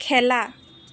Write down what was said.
খেলা